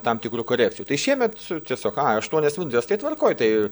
tam tikrų korekcijų tai šiemet tiesiog ai aštuonios minutės tai tvarkoj tai